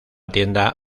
tienda